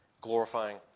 glorifying